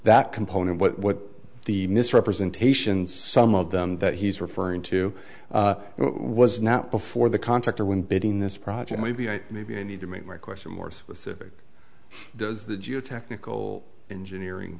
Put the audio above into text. that component what the misrepresentations some of them that he's referring to was not before the contractor when bidding this project maybe i maybe i need to make my question more specific does the geotechnical engineering